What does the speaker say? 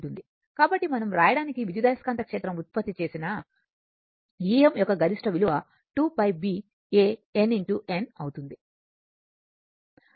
కాబట్టి మనం వ్రాయడానికి విద్యుదయస్కాంత క్షేత్రం ఉత్పత్తి చేసిన Em యొక్క గరిష్ట విలువ 2 π B a nxN అవుతుంది